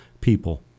people